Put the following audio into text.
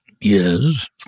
Yes